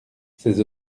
ces